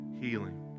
healing